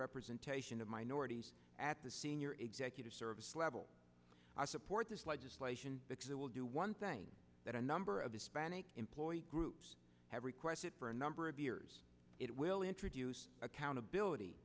representation of minorities at the senior executive service level i support this legislation because it will do one thing that a number of hispanic employed groups have requested for a number of years it will introduce accountability